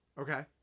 Okay